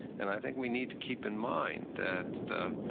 and i think we need to keep in mind that